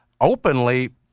openly